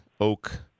oak